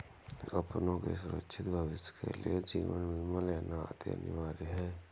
अपनों के सुरक्षित भविष्य के लिए जीवन बीमा लेना अति अनिवार्य है